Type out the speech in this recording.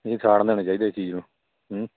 ਇਹ ਸਾੜਨਾ ਨਹੀਂ ਚਾਹੀਦਾ ਇਸ ਚੀਜ਼ ਨੂੰ ਹੂੰ